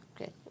Okay